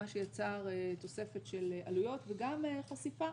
מה שיצר תוספת של עלויות וגם חשיפה.